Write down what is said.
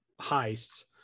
heists